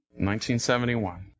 1971